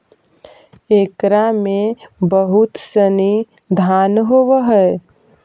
एकरा में बहुत सनी दान होवऽ हइ